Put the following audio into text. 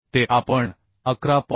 ते आपण 11